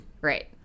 Right